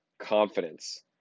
confidence